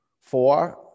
four